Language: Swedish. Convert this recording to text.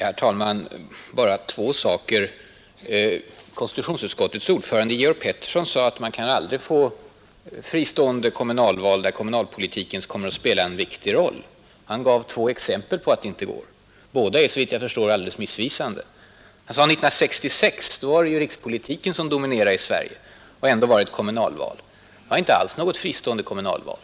Herr talman! Bara två saker. Konstitutionsutskottets ordförande Georg Pettersson sade att man aldrig kan få fristående kommunalval, där kommunalpolitiken kommer att spela en viktig roll. Han gav två exempel på att det inte går. Båda är såvitt jag förstår alldeles missvisande. Herr Pettersson menade att det vid 1966 års svenska val var rikspolitiken som dominerade, trots att detta var ett kommunalval. Men det var inte alls något fristående kommunalval.